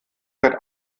wird